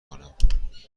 کنم